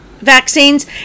Vaccines